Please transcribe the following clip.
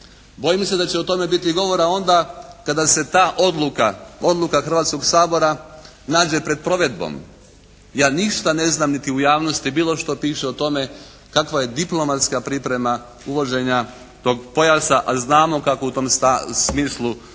Bojim se da će o tome biti govora onda kada se ta odluka, odluka Hrvatskoga sabora nađe pred provedbom. Ja ništa ne znam niti u javnosti bilo što piše o tome kakva je diplomatska priprema uvođenja tog pojasa a znamo kako u tom smislu